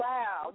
Wow